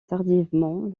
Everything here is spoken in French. tardivement